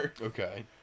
Okay